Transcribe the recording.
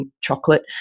chocolate